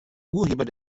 urheber